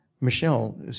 Michelle